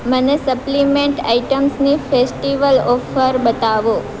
મને supplement items આઇટમ્સની festival offer બતાવો